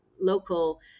local